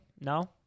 No